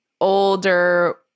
older